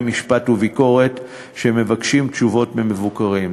משפט וביקורת שמבקשים תשובות ממבוקרים.